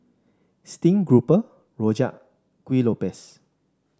Steamed Grouper rojak Kuih Lopes